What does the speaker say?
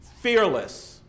fearless